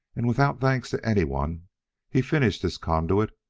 and without thanks to any one he finished his conduit,